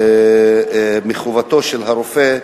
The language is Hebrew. מחובתו של הרופא,